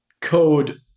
Code